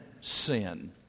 sin